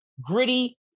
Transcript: gritty